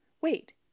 Wait